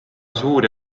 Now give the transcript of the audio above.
suuri